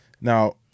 Now